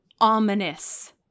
ominous